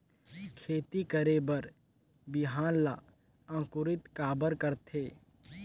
खेती करे बर बिहान ला अंकुरित काबर करथे?